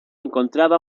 encontraba